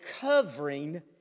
covering